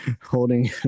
holding